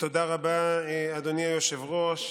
תודה רבה, אדוני היושב-ראש.